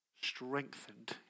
Strengthened